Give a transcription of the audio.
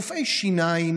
רופאי שיניים